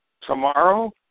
tomorrow